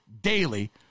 Daily